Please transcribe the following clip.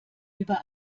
über